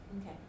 Okay